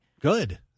Good